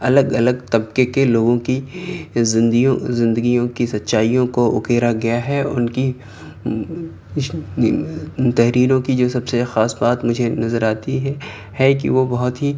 الگ الگ طبکے کے لوگوں کی زندگیوں کی سچائیوں کو اکیرا گیا ہے ان کی ان تحریروں کی جو سب سے ایک خاص بات مجھے نظر آتی ہے ہے کہ وہ بہت ہی